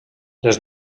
les